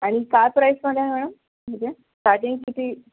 आणि काय प्राईसमध्ये आहे मॅडम मजे स्टार्टिंग किती